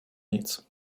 nic